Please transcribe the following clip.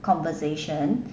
conversation